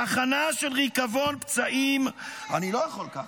"צחנה של ריקבון פצעים" אני לא יכול ככה,